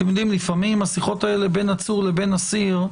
לפעמים השיחות האלה בין עצור לבין אסיר,